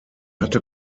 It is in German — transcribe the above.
hatte